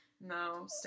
No